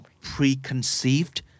preconceived